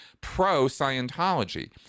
pro-Scientology